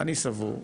אני סבור,